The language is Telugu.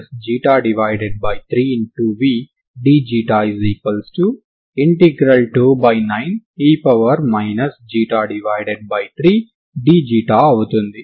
ఇప్పుడు మొదట మీరు డొమైన్ ను అంటే స్పేషియల్ డొమైన్ ను పూర్తి డొమైన్ గా తీసుకుంటారు ఇది ఏ డొమైన్ కైనా సరే పని చేస్తుంది